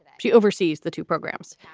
she oversees the two programs.